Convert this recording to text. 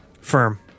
Firm